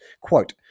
Quote